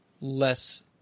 less